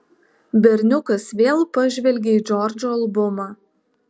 berniukas vėl pažvelgė į džordžo albumą